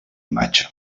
imatge